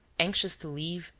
anxious to leave,